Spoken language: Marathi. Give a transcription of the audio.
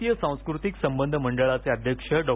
भारतीय सांस्कृतिक संबंध मंडळाचे अध्यक्ष डॉ